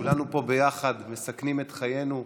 כולנו פה ביחד מסכנים את חיינו.